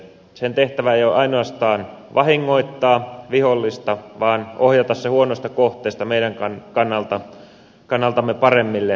niiden tehtävä ei ole ainoastaan vahingoittaa vihollista vaan ohjata se huonosta kohteesta meidän kannaltamme paremmille torjuntaurille